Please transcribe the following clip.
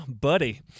buddy